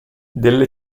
della